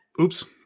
oops